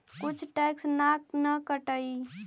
कुछ टैक्स ना न कटतइ?